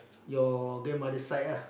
your grandmother side ah